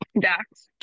Dax